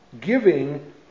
giving